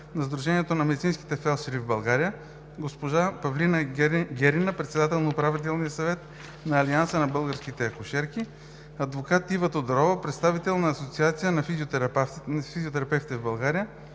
на Сдружението на медицинските фелдшери в България; госпожа Павлина Герина – председател на Управителния съвет на Алианса на българските акушерки; адвокат Ива Тодорова – представител на Асоциацията на физиотерапевтите в България;